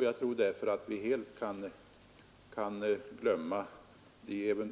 Därför tror jag att vi helt kan glömma de